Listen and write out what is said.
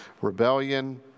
rebellion